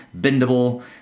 bendable